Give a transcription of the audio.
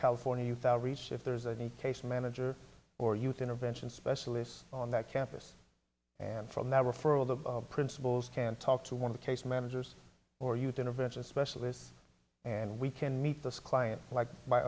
california youth outreach if there's any case manager or youth intervention specialists on that campus and from that referral the principals can talk to one of the case managers or youth intervention specialists and we can meet the client like